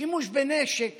שימוש בנשק